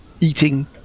eating